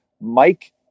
Mike